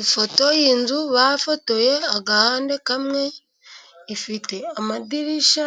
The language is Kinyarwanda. Ifoto y'inzu bafotoye agahande kamwe, ifite amadirishya